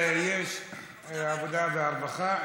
עבודה ורווחה.